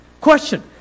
Question